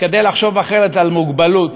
כדי לחשוב אחרת על מוגבלות.